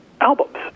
albums